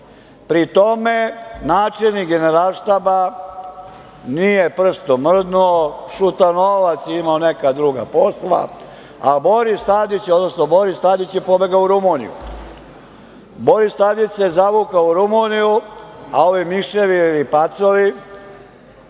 Pri tome, načelnik Generalštaba nije prstom mrdnuo. Šutanovac je imao neka druga posla, a Boris Tadić je pobegao u Rumuniju. Boris Tadić se zavukao u Rumuniju, a ovi miševi ili pacovi